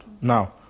Now